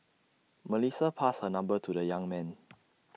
Melissa passed her number to the young man